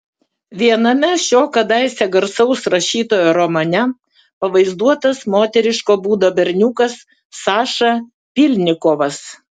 viename šio kadaise garsaus rašytojo romane pavaizduotas moteriško būdo berniukas saša pylnikovas